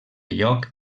lloc